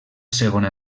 segona